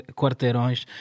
quarteirões